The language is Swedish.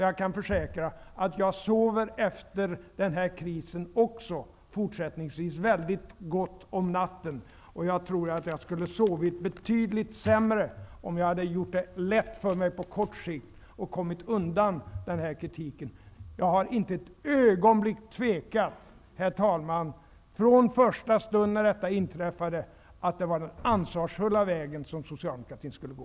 Jag kan försäkra att jag efter den här krisen också fortsättningsvis sover väldigt gott om natten. Jag tror att jag skulle ha sovit betydligt sämre, om jag hade gjort det lätt för mig på kort sikt och kommit undan kritiken. Från första stund, herr talman, har jag inte tvekat ett ögonblick om att det var den ansvarsfulla vägen som socialdemokratin skulle gå.